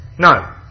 No